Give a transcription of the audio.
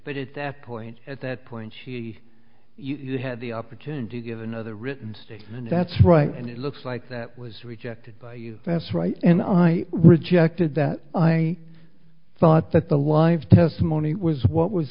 but at that point at that point she had the opportunity to give another written statement that's right and it looks like that was rejected by you that's right and i rejected that i thought that the live testimony was what was